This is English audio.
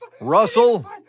Russell